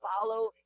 follow